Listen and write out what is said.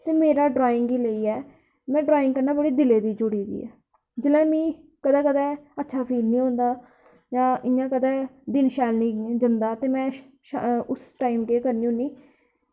ते मेरा ड्राइंग गी लेइयै में ड्राइंग कन्नै बड़ी दिल दे जुड़ी दी आं जिसलै मिगी कदें कदें अच्छा फील निं होंदा जां इ'यां कदें दिन शैल निं जंदा ते में उस टाईम केह् करनी होन्नी